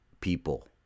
people